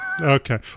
Okay